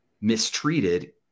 mistreated